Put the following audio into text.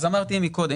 אז אמרתי מקודם,